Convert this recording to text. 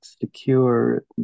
secure